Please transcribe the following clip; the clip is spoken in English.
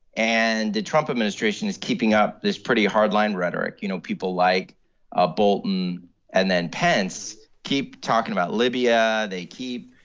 and the trump administration is keeping up this pretty hard-line rhetoric. you know, people like ah bolton and then pence keep talking about libya. they keep,